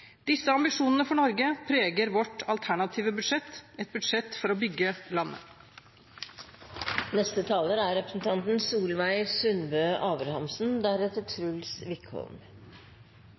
Disse ambisjonene for Norge preger vårt alternative budsjett – et budsjett for å bygge landet. Noreg er